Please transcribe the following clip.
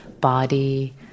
body